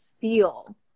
feel